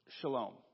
shalom